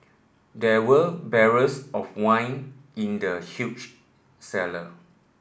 there were barrels of wine in the huge cellar